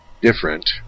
different